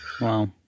Wow